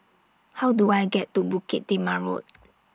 How Do I get to Bukit Timah Road